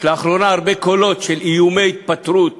שלאחרונה נשמעים ממנה הרבה קולות של איומי התפטרות